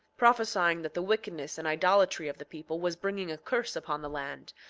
prophesying that the wickedness and idolatry of the people was bringing a curse upon the land,